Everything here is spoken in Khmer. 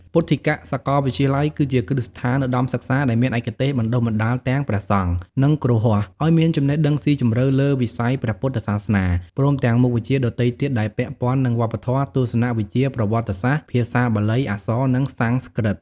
ពុទ្ធិកសាកលវិទ្យាល័យ គឺជាគ្រឹះស្ថានឧត្តមសិក្សាដែលមានឯកទេសបណ្តុះបណ្តាលទាំងព្រះសង្ឃ និងគ្រហស្ថ ឱ្យមានចំណេះដឹងស៊ីជម្រៅលើវិស័យព្រះពុទ្ធសាសនា ព្រមទាំងមុខវិជ្ជាដទៃទៀតដែលពាក់ព័ន្ធនឹងវប្បធម៌ ទស្សនវិជ្ជា ប្រវត្តិសាស្ត្រ ភាសាបាលី អក្សរ និងសំស្ក្រឹត។